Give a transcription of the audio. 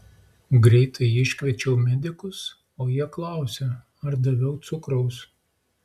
greitai iškviečiau medikus o jie klausia ar daviau cukraus